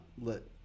lit